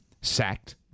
sacked